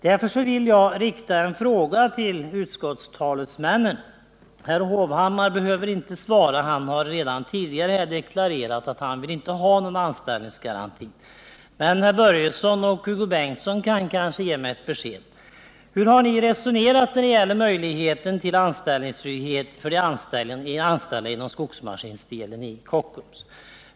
Därför vill jag rikta en fråga till utskottstalesmännen. Herr Hovhammar behöver inte svara — han har redan tidigare deklarerat att han inte vill ha någon anställningsgaranti — men Fritz Börjesson och Hugo Bengtsson kan kanske ge mig ett besked. Hur har ni resonerat när det gäller möjligheten till anställningstrygghet för de anställda inom skogsmaskinsdelen i Kockums?